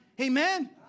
Amen